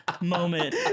moment